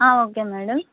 okay madam